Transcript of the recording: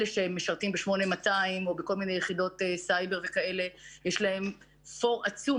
אלה שמשרתים ב-8200 או בכל מיני יחידות סייבר יש להם יתרון עצום